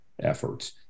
efforts